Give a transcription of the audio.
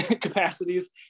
capacities